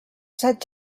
set